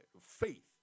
faith